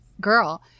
girl